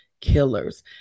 killers